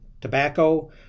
Tobacco